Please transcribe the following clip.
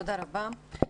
תודה רבה.